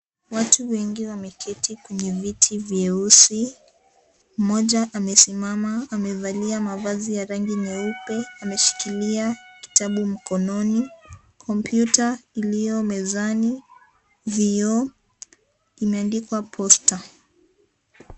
Watu wengi wameketi kwenye viti vyeusi, mmoja amesimama amevalia mavazi ya rangi nyeupe, ameshikilia kitabu mkononi. Komputa iliyomezani, vioo vimeandikwa posta.